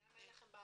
למה אין לכם הסברה